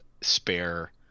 spare